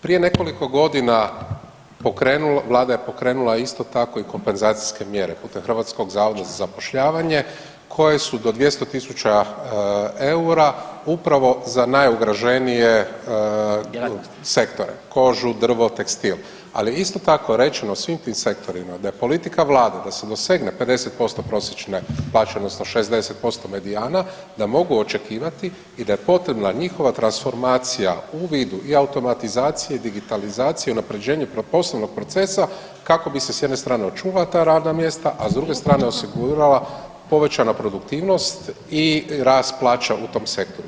Prije nekoliko godina vlada je pokrenula isto tako i kompenzacijske mjere putem HZZ-a koje su do 200.000 eura upravo za najugroženije sektore kožu, drvo, tekstil, ali je isto tako rečeno u svim tim sektorima da je politika vlade da se dosegne 50% prosječne plaće odnosno 60% medijana da mogu očekivati i da je potrebna njihova transformacija u vidu i automatizacije, digitalizacije, unapređenje poslovnog procesa kako bi se s jedne strane očuvala ta radna mjesta, a s druge strane osigurala povećana produktivnost i rast plaća u tom sektoru.